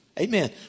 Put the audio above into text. Amen